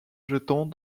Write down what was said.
jetant